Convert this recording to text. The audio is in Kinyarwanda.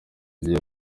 igihe